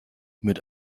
mit